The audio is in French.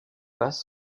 passe